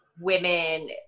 women